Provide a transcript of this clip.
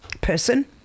person